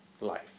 life